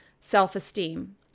self-esteem